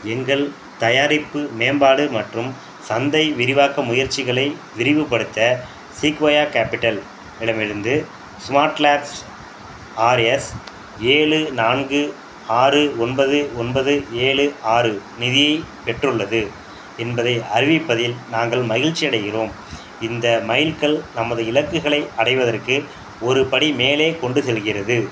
எங்கள் தயாரிப்பு மேம்பாடு மற்றும் சந்தை விரிவாக்க முயற்சிகளை விரைவுபடுத்த சீக்வோயா கேப்பிட்டல் இடமிருந்து ஸ்மார்ட் லேப்ஸ் ஆர்எஸ் ஏழு நான்கு ஆறு ஒன்பது ஒன்பது ஏழு ஆறு நிதியைப் பெற்றுள்ளது என்பதை அறிவிப்பதில் நாங்கள் மகிழ்ச்சியடைகிறோம் இந்த மைல்கல் நமது இலக்குகளை அடைவதற்கு ஒரு படி மேலே கொண்டு செல்கிறது